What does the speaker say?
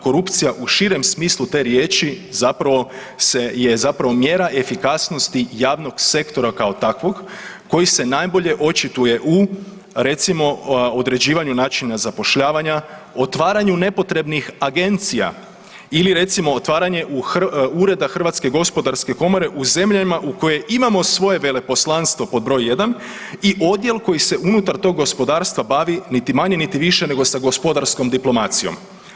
Korupcija u širem smislu te riječi zapravo zapravo se je zapravo mjera efikasnosti javnog sektora kao takvog koji se najbolje očituje u recimo određivanju načina zapošljavanja, otvaranju nepotrebnih agencija ili recimo otvaranje ureda HGK u zemljama u koje imamo svoje veleposlanstvo, pod broj jedan, i odjel koji se unutar tog gospodarstva bavi niti manje niti više sa gospodarskom diplomacijom.